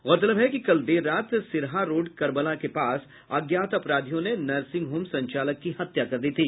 गौरतलब है कि कल देर रात सिरहा रोड करबला के पास अज्ञात अपराधियों ने नर्सिंग होम संचालक की हत्या कर दी थी